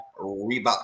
Reebok